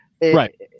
right